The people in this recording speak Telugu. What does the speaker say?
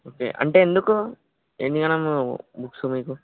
ఓకే అంటే ఎందుకు ఇన్ని ఘనం బుక్స్ మీకు